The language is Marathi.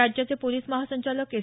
राज्याचे पोलीस महासंचालक एस